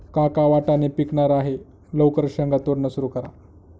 काका वाटाणे पिकणार आहे लवकर शेंगा तोडणं सुरू करा